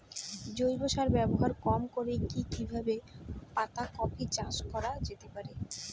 জৈব সার ব্যবহার কম করে কি কিভাবে পাতা কপি চাষ করা যেতে পারে?